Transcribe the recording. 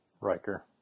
Riker